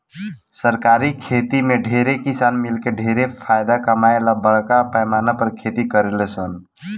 सरकारी खेती में ढेरे किसान मिलके ढेर फायदा कमाए ला बरका पैमाना पर खेती करेलन सन